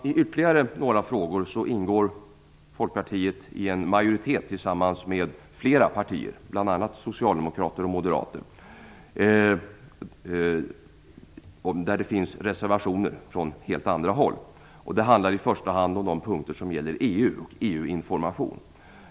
I ytterligare några frågor ingår Folkpartiet i en majoritet tillsammans med flera partier, bl.a. Socialdemokraterna och Moderaterna. Reservationer har där avgivits från helt andra håll. Det handlar i första hand om de punkter som gäller EU information.